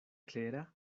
klera